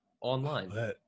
online